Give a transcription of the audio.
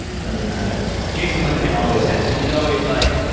something ah like that. jason lumpkin always says it. he's always like,